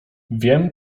wiem